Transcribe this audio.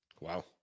Wow